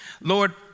Lord